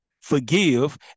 forgive